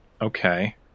Okay